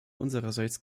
unsererseits